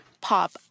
pop